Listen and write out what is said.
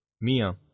Mia